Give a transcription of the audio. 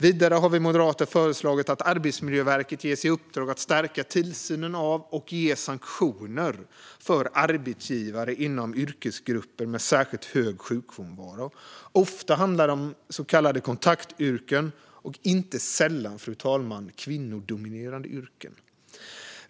Vidare har vi moderater föreslagit att Arbetsmiljöverket ska ges i uppdrag att stärka tillsynen av och ge sanktioner för arbetsgivare för yrkesgrupper med särskilt hög sjukfrånvaro. Ofta handlar det om så kallade kontaktyrken och inte sällan, fru talman, om kvinnodominerade yrken.